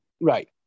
right